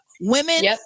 women